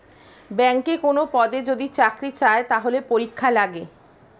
ব্যাংকে কোনো পদে যদি চাকরি চায়, তাহলে পরীক্ষা লাগে